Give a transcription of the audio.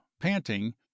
panting